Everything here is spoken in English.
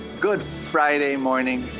good friday morning,